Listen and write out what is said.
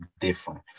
different